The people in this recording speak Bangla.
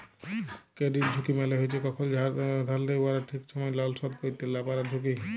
কেরডিট ঝুঁকি মালে হছে কখল যারা ধার লেয় উয়ারা ঠিক ছময় লল শধ ক্যইরতে লা পারার ঝুঁকি